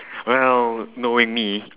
well knowing me